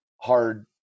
hard